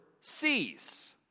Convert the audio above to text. sees